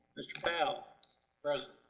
mr. powell present.